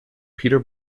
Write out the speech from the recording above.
peter